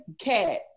cat